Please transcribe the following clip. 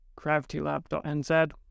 gravitylab.nz